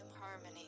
Harmony